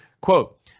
Quote